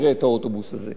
את האוטובוס הזה.